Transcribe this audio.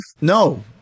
No